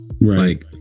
Right